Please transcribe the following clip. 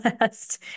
last